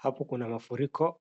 Hapo kuna mafuriko